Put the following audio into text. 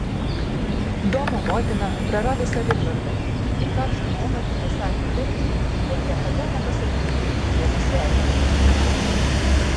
domo motina prarado savitvardą ir karštu momentu pasakė tai ko niekada nepasakytų nesusierzinusi